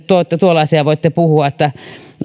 te nyt tuollaisia voitte puhua